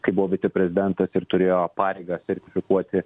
kai buvo viceprezidentas ir turėjo pareigą sertifikuoti